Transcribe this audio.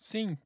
Sim